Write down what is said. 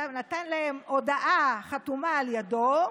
נתן להם הודעה חתומה על ידו,